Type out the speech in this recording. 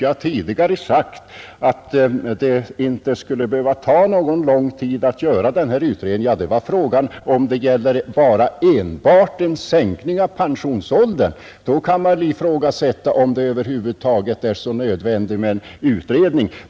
Jag har tidigare sagt att det inte skulle behöva ta lång tid att göra denna utredning. Ja, om det gäller enbart en sänkning av pensionsäldern, då kan man ifrågasätta om det över huvud taget är så nödvändigt med en utredning.